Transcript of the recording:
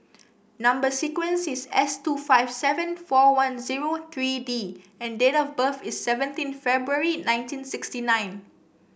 number sequence is S two five seven four one zero three D and date of birth is seventeen February nineteen sixty nine